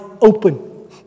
open